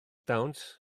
dawns